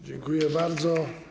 Dziękuję bardzo.